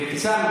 אבתיסאם,